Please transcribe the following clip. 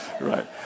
right